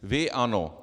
Vy ano.